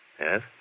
Yes